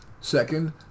Second